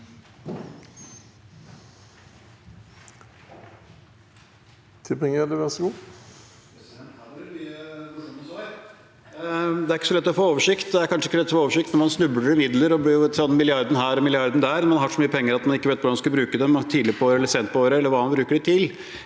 Det er kanskje ikke så lett å få oversikt når man snubler i midler og tar den ene milliarden her og den andre milliarden der, og når man har så mye penger at man ikke vet hvordan man skal bruke dem – tidlig på året eller sent på året – eller hva man skal bruke dem til.